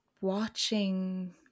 watching